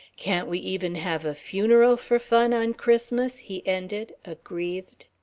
can't we even have a funeral for fun on christmas? he ended, aggrieved.